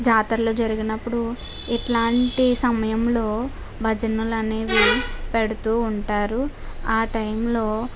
జాతర్లు జరిగినప్పుడు ఇలాంటి సమయంలో భజనలు అనేవి పెడుతు ఉంటారు ఆ టైమ్లో